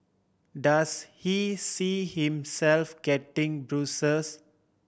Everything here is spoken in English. does he see himself getting busier